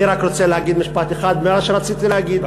אני רק רוצה להגיד משפט אחד ממה שרציתי להגיד.